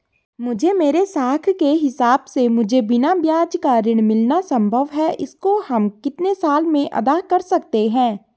मुझे मेरे साख के हिसाब से मुझे बिना ब्याज का ऋण मिलना संभव है इसको हम कितने साल में अदा कर सकते हैं?